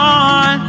on